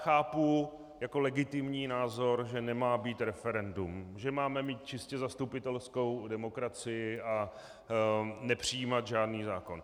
Chápu jako legitimní názor, že nemá být referendum, že máme mít čistě zastupitelskou demokracii a nepřijímat žádný zákon.